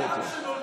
עם איחוד